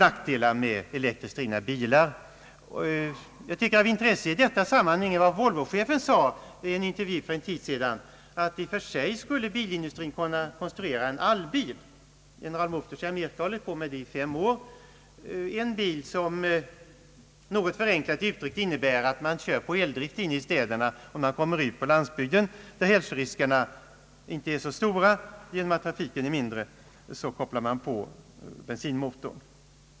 Av intresse i detta sammanhang är vad Volvochefen sade i en intervju för en tid sedan, att bilindustrin i och för sig skulle kunna konstruera en »allbil» med kombinerad elektrisk drift och bensindrift. General Motors i Amerika har hållit på med ett sådant konstruktionsarbete i fem år. Det är en bil som, något förenklat uttryckt, man kör med eldrift inne i städerna, och när man kommer ut på landsbygden, där hälsoriskerna inte är så stora genom att trafiken inte är så tät, kopplar man på bensinmotorn.